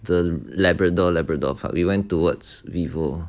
the labrador labrador park we went towards vivo